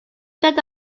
checked